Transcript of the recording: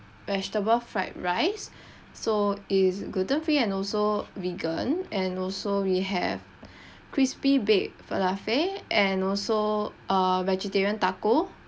vegetable fried rice so it's gluten free and also vegan and also we have crispy baked falafel and also a vegetarian taco